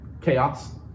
chaos